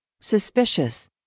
suspicious